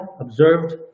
observed